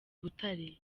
butare